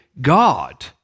God